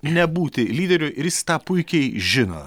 nebūti lyderiu ir jis tą puikiai žino